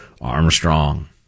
Armstrong